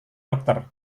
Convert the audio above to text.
dokter